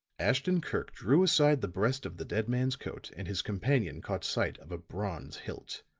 ashton-kirk drew aside the breast of the dead man's coat and his companion caught sight of a bronze hilt.